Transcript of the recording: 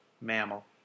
mammal